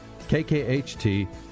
KKHT